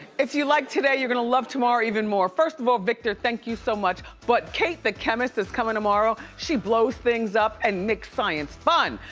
if you liked today, you're gonna love tomorrow even more. first of all, victor, thank you so much, but kate the chemist is coming tomorrow, she blows things up and makes science fun.